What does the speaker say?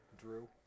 Drew